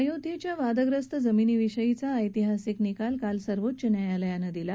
अयोध्येच्या वादग्रस्त जमिनीविषयीचा ऐतिहासिक निकाल काल सर्वोच्च न्यायालयानं दिला